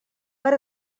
per